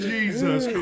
Jesus